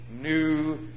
new